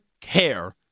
care